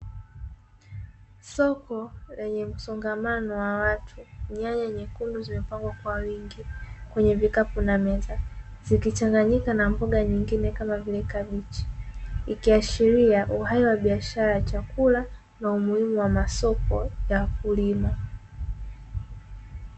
Soko lenye msongamano wa watu, nyanya nyekundu zimepangwa kwa wingi kwenye vikapu na meza, zikichanganyika na mboga nyingine kama vile kabichi, ikiashiria uhai wa biashara, chakula na umuhimu wa masoko ya wakulima.